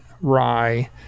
rye